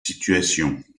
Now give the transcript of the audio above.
situations